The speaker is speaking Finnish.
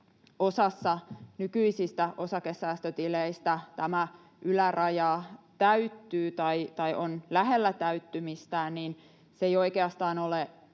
osassa nykyisistä osakesäästötileistä tämä yläraja täyttyy tai on lähellä täyttymistään. Se ei oikeastaan ole